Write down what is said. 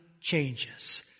changes